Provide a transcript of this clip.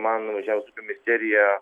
man na žemės ūkio ministerija